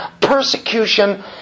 persecution